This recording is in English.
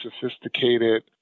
sophisticated